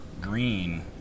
green